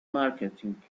marketing